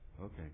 Okay